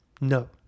No